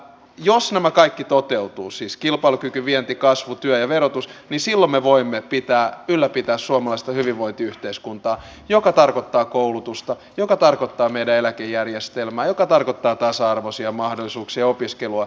jos nämä kaikki toteutuvat siis kilpailukyky vienti kasvu työ ja verotus silloin me voimme ylläpitää suomalaista hyvinvointiyhteiskuntaa joka tarkoittaa koulutusta joka tarkoittaa meidän eläkejärjestelmää joka tarkoittaa tasa arvoisia mahdollisuuksia ja opiskelua